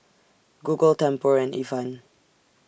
Google Tempur and Ifan